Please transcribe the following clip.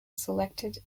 selected